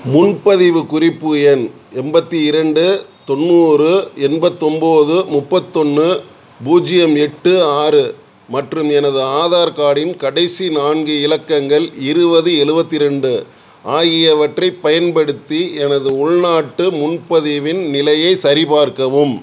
முன்பதிவுக் குறிப்பு எண் எண்பத்தி இரண்டு தொண்ணூறு எண்பத்தொம்பது முப்பத்தொன்று பூஜ்ஜியம் எட்டு ஆறு மற்றும் எனது ஆதார் கார்டின் கடைசி நான்கு இலக்கங்கள் இருபது எழுவத்தி ரெண்டு ஆகியவற்றைப் பயன்படுத்தி எனது உள்நாட்டு முன்பதிவின் நிலையைச் சரிப்பார்க்கவும்